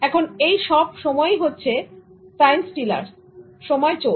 এখন এই সব সময় হচ্ছে টাইম স্টীলার সময় চোর